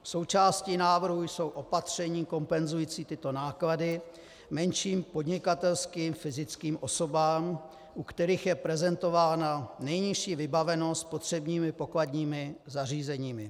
Součástí návrhu jsou opatření kompenzující tyto náklady menším podnikatelským fyzickým osobám, u kterých je prezentována nejnižší vybavenost potřebnými pokladními zařízeními.